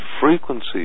frequency